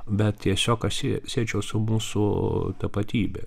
bet tiesiog aš sie siečiau su mūsų tapatybe